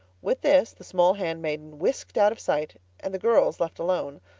with this the small handmaiden whisked out of sight and the girls, left alone,